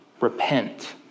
repent